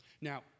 Now